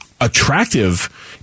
attractive